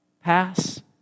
pass